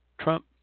Trump